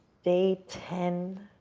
day ten.